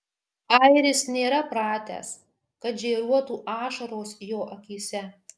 airis nėra pratęs kad žėruotų ašaros jo akyse